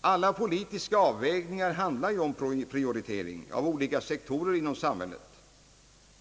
Alla politiska avvägningar handlar ju om prioritering av olika sektorer inom samhället.